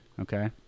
Okay